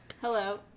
Hello